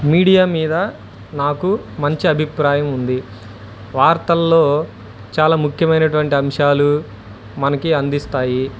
media మీద నాకు మంచి అభిప్రాయం ఉంది వార్తల్లో చాలా ముఖ్యమైనటువంటి అంశాలు మనకు అందిస్తాయి